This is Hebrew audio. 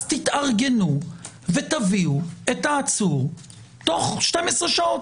אז תתארגנו ותביאו את העצור תוך 12 שעות.